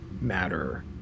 matter